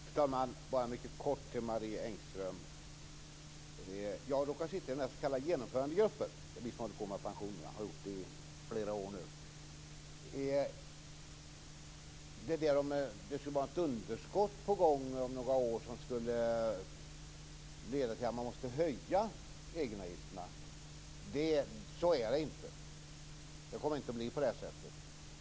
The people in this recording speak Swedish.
Fru talman! Jag vill bara mycket kort säga en sak till Marie Engström. Jag råkar sitta i den s.k. Genomförandegruppen. Det är vi som i flera år har hållit på med pensionerna. Det Marie Engström sade om att det skulle vara ett underskott på gång om några år och att det skulle leda till att man måste höja egenavgifterna kan jag dementera. Så är det inte, och det kommer inte att bli på det sättet.